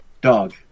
Dog